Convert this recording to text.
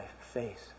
face